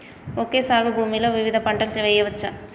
Okay సాగు భూమిలో వివిధ పంటలు వెయ్యచ్చా?